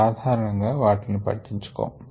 సాధారణం గా వాటిల్ని పట్టించు కోము